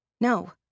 No